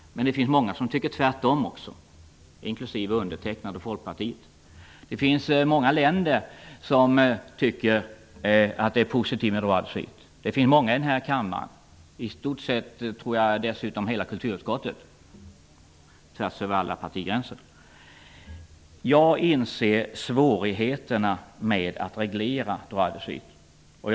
Det finns också många som tycker tvärtom, inklusive undertecknad och Folkpartiet. Det finns många länder som anser att det är positivt med ''droit de suite''. Det finns många i denna kammare som anser det, och jag tror dessutom att hela kulturutskottet i stort sett tvärs över alla partigränser har den uppfattningen. Jag inser svårigheterna med att reglera ''droit de suite''.